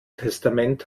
testament